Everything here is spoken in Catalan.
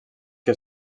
que